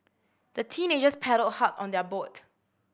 the teenagers paddled hard on their boat